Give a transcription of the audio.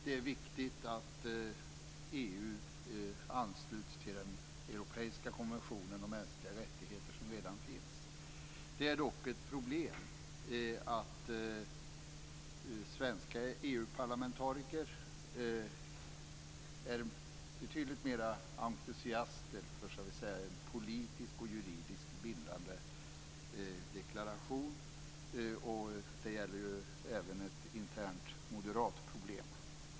Det är viktigt att EU ansluts till Europakonventionen om mänskliga rättigheter som redan finns. Det är dock ett problem att svenska EU-parlamentariker är betydligt mer entusiastiska för en politiskt och juridiskt bindande deklaration. Det gäller även ett internt moderat problem.